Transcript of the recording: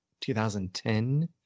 2010